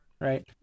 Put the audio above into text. right